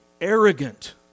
arrogant